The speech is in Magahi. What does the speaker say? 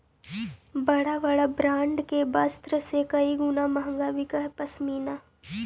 बड़ा बड़ा ब्राण्ड के वस्त्र से कई गुणा महँगा बिकऽ हई पशमीना